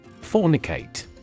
FORNICATE